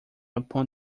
upon